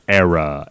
era